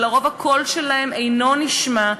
שלרוב הקול שלהם אינו נשמע,